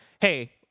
hey